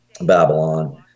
Babylon